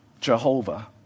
Jehovah